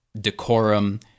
decorum